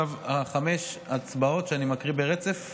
עכשיו, חמש הצבעות שאני מקריא ברצף.